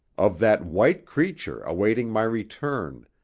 of that white creature awaiting my return,